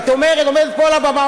את עומדת פה על הבמה,